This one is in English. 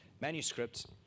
manuscripts